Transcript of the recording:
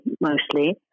mostly